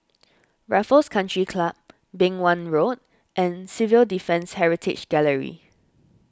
Raffles Country Club Beng Wan Road and Civil Defence Heritage Gallery